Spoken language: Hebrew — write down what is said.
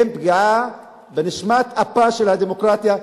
הם פגיעה בנשמת אפה של הדמוקרטיה,